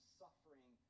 suffering